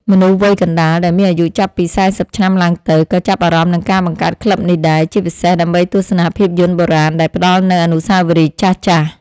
មនុស្សវ័យកណ្ដាល ដែលមានអាយុចាប់ពី ៤០ ឆ្នាំឡើងទៅ ក៏ចាប់អារម្មណ៍នឹងការបង្កើតក្លឹបនេះដែរ ជាពិសេសដើម្បីទស្សនាភាពយន្តបុរាណដែលផ្ដល់នូវអនុស្សាវរីយ៍ចាស់ៗ។